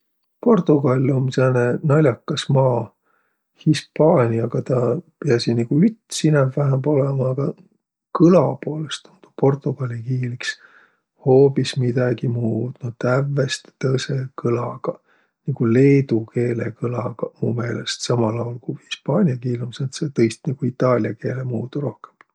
Portugal um sääne nal'akas maa. Hispaaniaga tä piäsiq nigu üts inämb-vähämb olõma, agaq kõla poolõst um tuu portugali kiil iks hoobis midägi muud. No tävveste tõõsõ kõlagaq. Nigu leedu keele kõlaga mu meelest. Samal aol, ku hispaania kiil um sääntse tõist-, nigu itaalia keele muudu rohkõmb.